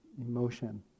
emotion